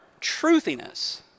truthiness